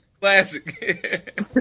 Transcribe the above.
Classic